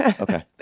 Okay